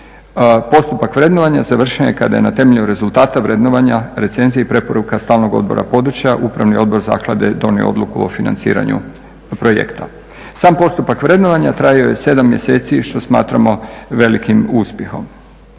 Postupak vrednovanja završen je kada je na temelju rezultata vrednovanja recenzija i preporuka stalnog odbora područja upravni odbor zaklade donio odluku o financiranju projekta. Sam postupak vrednovanja trajao je 7 mjeseci što smatramo velikim uspjehom.